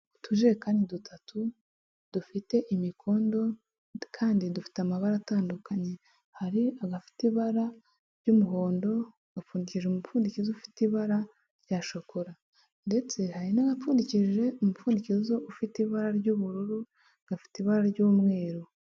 Utujerekani dutatu dufite imikondo kandi dufite amabara atandukanye, hari agafite ibara ry'umuhondo gafungira umupfundikizo ufite ibara rya shokora, ndetse hari n'abapfundikishije umupfundikizo ufite ibara ry'ubururu gafite ibara ry'umweru.